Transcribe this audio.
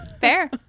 Fair